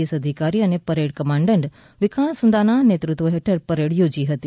S અધિકારી અને parade commandant Vikas સુંદાના નેતૃત્વમાં પરેડ યોજી હતી